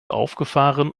aufgefahren